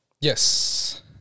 Yes